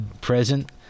present